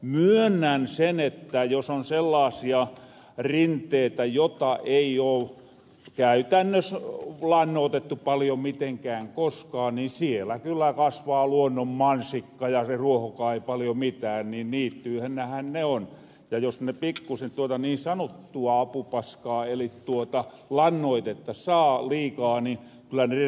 myönnän sen että jos on sellaasia rinteitä jota ei oo käytännös lannootettu paljo mitenkään koskaan niin siellä kyllä kasvaa luonnonmansikka ja se ruohokaan ei paljon mitään niin niittyinähän ne on ja jos ne pikkusen tuota niin sanottua apupaskaa eli lannoitetta saa liikaa niin kyllä ne rehevöityy